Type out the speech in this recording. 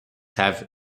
have